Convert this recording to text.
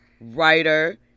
writer